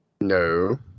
No